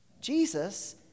Jesus